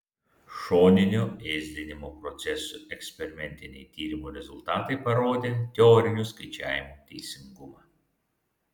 šoninio ėsdinimo procesų eksperimentiniai tyrimų rezultatai parodė teorinių skaičiavimų teisingumą